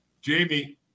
Jamie